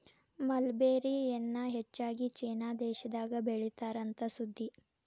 mulberry ಎನ್ನಾ ಹೆಚ್ಚಾಗಿ China ದೇಶದಾಗ ಬೇಳಿತಾರ ಅಂತ ಸುದ್ದಿ